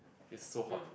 it's so hot